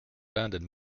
banded